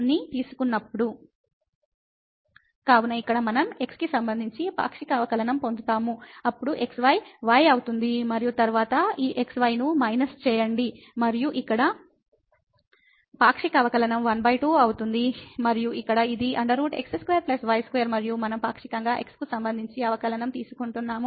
కాబట్టి ఇక్కడ మనం x కి సంబంధించి పాక్షిక అవకలనం పొందుతాము అప్పుడు xy y అవుతుంది మరియు తరువాత ఈ xy ను మైనస్ చేయండి మరియు ఇక్కడ పాక్షిక అవకలనం12 అవుతుంది మరియు ఇక్కడ ఇది x2y2 మరియు మనం పాక్షికంగా x కు సంబంధించి అవకలనం తీసుకుంటున్నాము